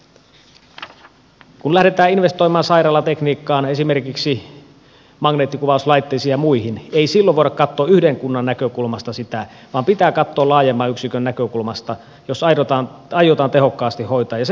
kun lähdetään investoimaan sairaalatekniikkaan esimerkiksi magneettikuvauslaitteisiin ja muihin ei silloin voida katsoa yhden kunnan näkökulmasta sitä vaan pitää katsoa laajemman yksikön näkökulmasta jos aiotaan tehokkaasti hoitaa